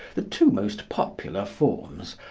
the two most popular forms,